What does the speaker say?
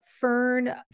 fern